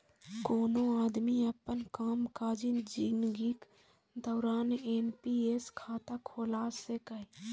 कोनो आदमी अपन कामकाजी जिनगीक दौरान एन.पी.एस खाता खोला सकैए